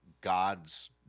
God's